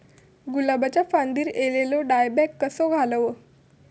गुलाबाच्या फांदिर एलेलो डायबॅक कसो घालवं?